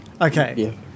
okay